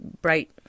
bright